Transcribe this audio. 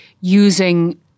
using